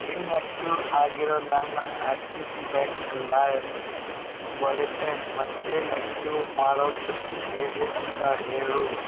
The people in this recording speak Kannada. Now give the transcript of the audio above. ಇನ್ಆಕ್ಟಿವ್ ಆಗಿರೋ ನನ್ನ ಆಕ್ಸಿಸ್ ಬ್ಯಾಂಕ್ ಲೈಮ್ ವ್ಯಾಲೆಟೆನ್ ಮತ್ತೆ ಆಕ್ಟಿವ್ ಮಾಡೋದು ಹೇಗೆ ಅಂತ ಹೇಳು